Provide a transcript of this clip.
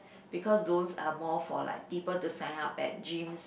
because those are more for like people to sign up at gyms